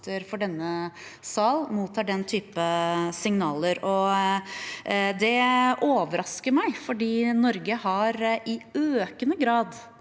for denne sal mottar den type signaler. Det overrasker meg, for Norge har i økende grad